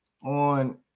on